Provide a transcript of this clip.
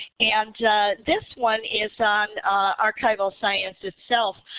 and this one is on archival science itself.